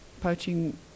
poaching